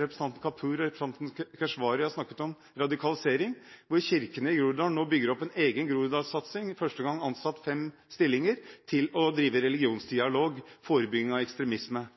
representanten Kapur og representanten Keshvari har snakket om radikalisering, og nå bygger kirkene i Groruddalen opp en egen groruddalssatsing. I første omgang har de fem stillinger til å drive religionsdialog, forebygging av ekstremisme,